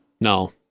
No